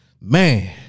man